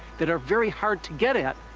that are very hard to get at,